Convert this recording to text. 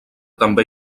també